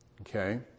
Okay